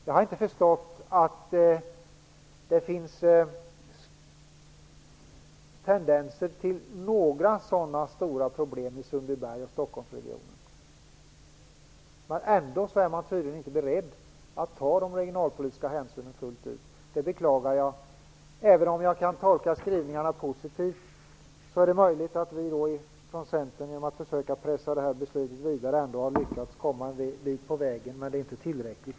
Jag har inte förstått att det finns tendenser till några sådana stora problem i Sundbyberg och i Stockholmsregionen, men ändå är man tydligen inte beredd att fullt ta regionalpolitiska hänsyn. Jag beklagar det. Även om jag kan tolka skrivningarna positivt är det möjligt att vi från Centern genom att försöka pressa det här beslutet vidare ändå har lyckats komma ett stycke på vägen, men det är inte tillräckligt.